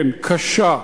כן, קשה,